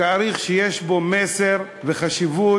תאריך שיש בו מסר וחשיבות